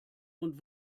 und